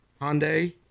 hyundai